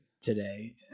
today